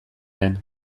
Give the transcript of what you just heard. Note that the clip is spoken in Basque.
den